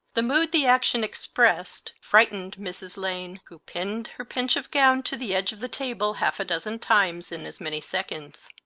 the mood the action expressed, frightened mrs. lane, who pinned her pinch of gown to the edge of the table half a dozen times in as many seconds.